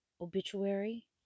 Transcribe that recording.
obituary